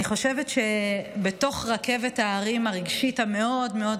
אני חושבת שבתוך רכבת ההרים הרגשית המאוד-מאוד